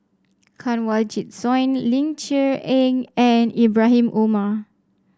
Kanwaljit Soin Ling Cher Eng and Ibrahim Omar